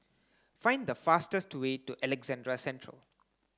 find the fastest way to Alexandra Central